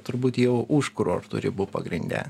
turbūt jau už kurorto ribų pagrinde